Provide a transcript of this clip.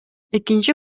экинчи